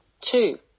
two